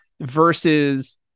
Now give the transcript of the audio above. versus